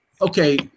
Okay